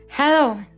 Hello